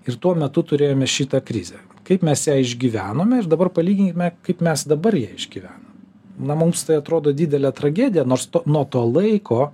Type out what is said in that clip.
ir tuo metu turėjome šitą krizę kaip mes ją išgyvenome ir dabar palyginkime kaip mes dabar ją išgyvenam na mums tai atrodo didelė tragedija nors nuo to laiko